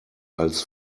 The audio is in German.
als